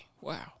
Wow